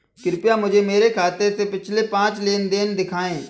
कृपया मुझे मेरे खाते से पिछले पांच लेन देन दिखाएं